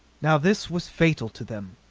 now this was fatal to them.